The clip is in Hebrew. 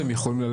והם יכולים גם